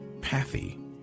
pathy